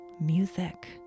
music